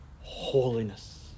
holiness